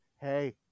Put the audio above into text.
hey